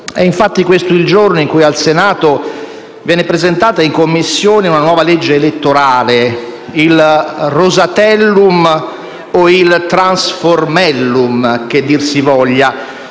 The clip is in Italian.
È infatti questo il giorno in cui al Senato viene presentata in Commissione una nuova legge elettorale, il Rosatellum o il Trasformellum che dir si voglia,